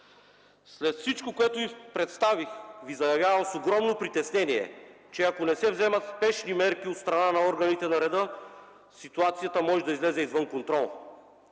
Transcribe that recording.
След всичко, което представих, ви заявявам с огромно притеснение, че ако не се вземат спешни мерки от страна на органите на реда, ситуацията може да излезе извън контрол.